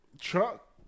truck